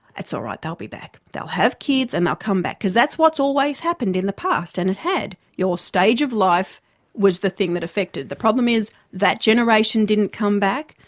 that's all right, they'll be back, they'll have kids and they'll come back, because that's what's always happened in the past and it had. your stage of life was the thing that affected. the problem is, that generation didn't come back,